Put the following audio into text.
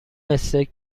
استیک